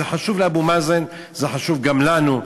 זה חשוב לאבו מאזן, זה חשוב גם לנו.